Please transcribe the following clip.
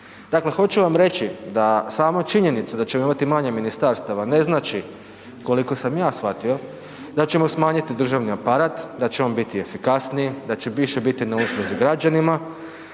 Dakle hoću vam reći da sama činjenica da ćemo imati manje ministarstava ne znači koliko sam ja shvatio, da ćemo smanjiti državni aparat, da će on biti efikasniji, da će više biti na usluzi građanima,